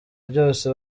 byose